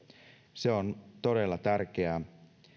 se on todella tärkeää